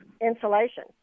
insulation